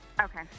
Okay